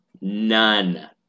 none